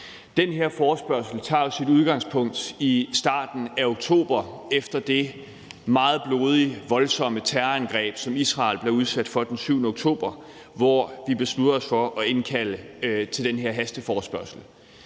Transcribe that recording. Den her forespørgsel tager jo sit udgangspunkt i starten af oktober efter det meget blodige, voldsomme terrorangreb, som Israel blev udsat for den 7. oktober, hvor vi besluttede os for at indkalde til den her hasteforespørgsel.